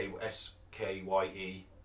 S-K-Y-E